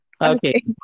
Okay